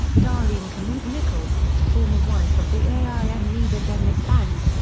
darlene kamook nichols, former wife of the aim leader dennis banks,